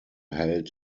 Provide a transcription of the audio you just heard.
held